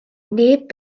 neb